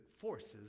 forces